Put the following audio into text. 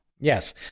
Yes